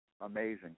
Amazing